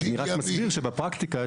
אני רק מסביר שבפרקטיקה,